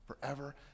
Forever